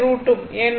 ஏனெனில் Im Vm R